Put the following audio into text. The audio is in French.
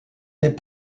des